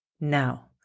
now